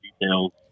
details